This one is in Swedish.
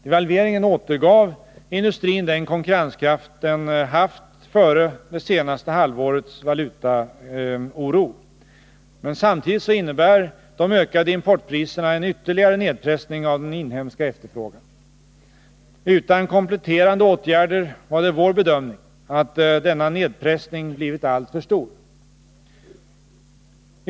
Devalveringen återgav industrin den konkurrenskraft den haft före det senaste halvårets valutaoro. Men samtidigt innebär de ökade importpriserna en ytterligare nedpressning av den inhemska efterfrågan. Det var vår bedömning att denna nedpressning utan kompletterande åtgärder blivit alltför stor.